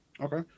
Okay